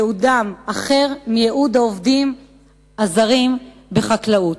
ייעודם אחר מייעוד העובדים הזרים בחקלאות.